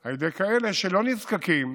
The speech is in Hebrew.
על ידי כאלה שלא נזקקים